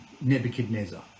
Nebuchadnezzar